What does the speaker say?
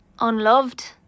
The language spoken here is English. unloved